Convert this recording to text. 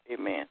Amen